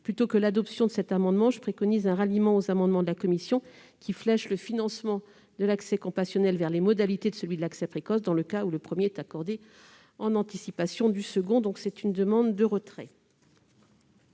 Plutôt que l'adoption de cet amendement, je demande son retrait et un ralliement aux amendements de la commission, qui flèchent le financement de l'accès compassionnel vers les modalités de celui de l'accès précoce, dans les cas où le premier est accordé en anticipation du second. L'amendement n° 31 rectifié